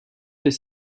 fait